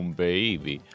baby